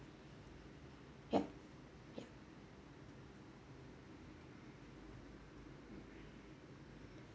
yup